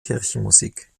kirchenmusik